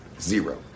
Zero